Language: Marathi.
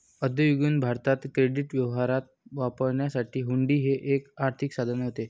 मध्ययुगीन भारतात क्रेडिट व्यवहारात वापरण्यासाठी हुंडी हे एक आर्थिक साधन होते